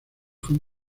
fue